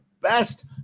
best